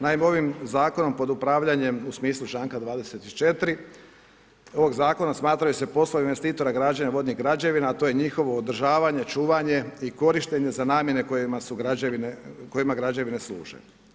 Naime, ovim zakonom pod upravljanjem u smislu članka 24. ovog zakona, smatraju se poslovi investitora građenja vodnih građevina, a to je njihovo održavanje, čuvanje i korištenje za namjene kojima građevine služe.